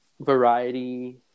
variety